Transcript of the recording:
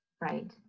right